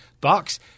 box